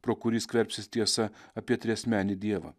pro kurį skverbsis tiesa apie triasmenį dievą